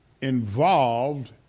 involved